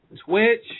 Twitch